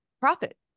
profit